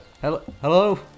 hello